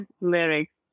lyrics